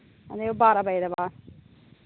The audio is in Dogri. नि ओ बारां बजे दे बाद